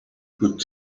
could